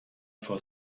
for